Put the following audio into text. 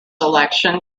election